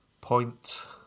Point